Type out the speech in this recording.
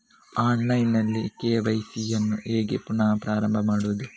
Online ನಲ್ಲಿ KYC ಯನ್ನು ಹೇಗೆ ಪುನಃ ಪ್ರಾರಂಭ ಮಾಡುವುದು?